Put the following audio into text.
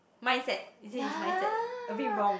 mindset he say it's mindset a bit wrong